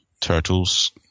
turtles